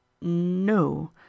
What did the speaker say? No